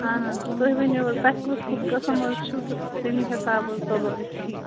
اہن حظ تُہۍ ؤنِو حظ تۄہہِ کُس کُس قٕسم حظ چھُو تہٕ تٔمی حساب حظ تُلو أسۍ تِم